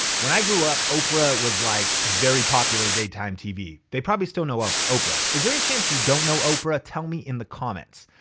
when i grew up oprah was like very popular daytime tv. they probably still know oprah. is there any chance you don't know oprah? tell me in the comments.